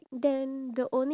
ya